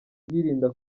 yirinda